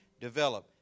develop